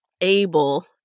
able